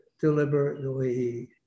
deliberately